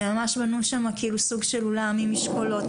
ממש בנו שם סוג של אולם עם משקולות,